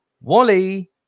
Wally